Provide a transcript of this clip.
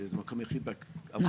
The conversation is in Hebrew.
שזה המקום היחיד בארץ.